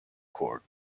cord